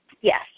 Yes